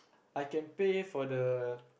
I can pay for the